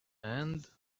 and